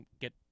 get